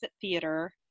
Theater